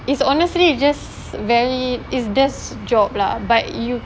it's honestly just very is desk job lah but you